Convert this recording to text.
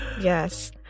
Yes